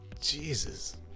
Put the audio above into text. Jesus